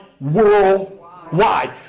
worldwide